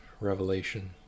Revelation